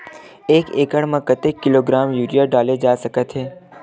एक एकड़ म कतेक किलोग्राम यूरिया डाले जा सकत हे?